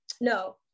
No